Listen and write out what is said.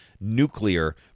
nuclear